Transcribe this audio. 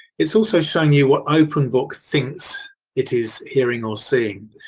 it is also showing you what openbook thinks it is hearing or seeing.